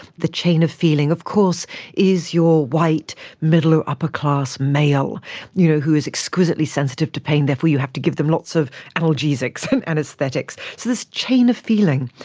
the chain of feeling, of course is your white middle or upper class male you know who is exquisitely sensitive to pain, therefore you have to give them lots of analgesics and anaesthetics. so this chain of feeling.